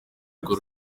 urwo